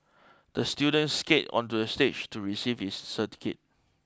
the student skated onto the stage to receive his certificate